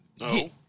No